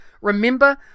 Remember